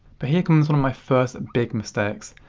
but here comes one of my first big mistakes.